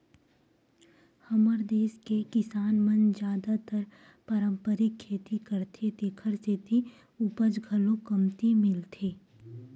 हमर देस के किसान मन जादातर पारंपरिक खेती करथे तेखर सेती उपज घलो कमती मिलथे